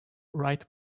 write